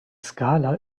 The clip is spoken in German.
skala